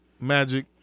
Magic